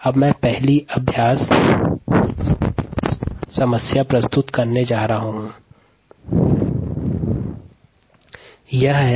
अब हम पहली अभ्यास समस्या करने जा रहे है